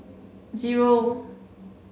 zero